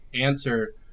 answer